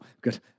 good